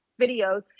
videos